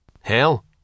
Hell